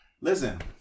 Listen